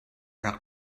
rak